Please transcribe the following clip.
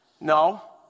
No